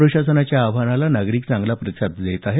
प्रशासनाच्या आवाहनाला नागरिक चांगला प्रतिसाद देत आहेत